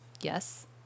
Yes